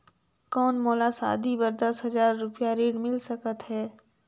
कौन मोला शादी बर दस हजार रुपिया ऋण मिल सकत है?